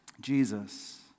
Jesus